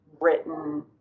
written